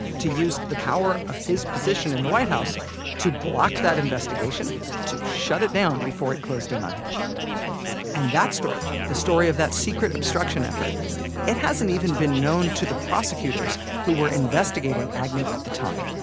to use the power of his position in the white house to block that investigation, to shut it down before it closed in on him and that story the story of that secret obstruction effort it hasn't even been known to the prosecutors who were investigating agnew at the time.